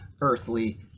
earthly